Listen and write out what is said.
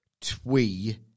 twee